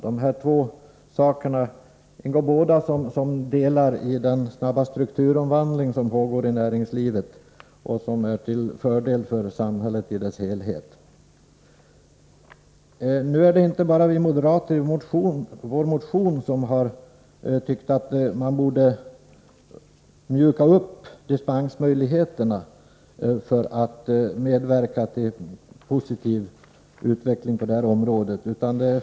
Båda dessa saker hör ihop med den snabba strukturomvandlingen inom näringslivet, vilken är till fördel för samhället i dess helhet. Det är inte bara de moderata motionärerna som anser att dispensreglerna bör mjukas upp för att medverka till en positiv utveckling på det här området.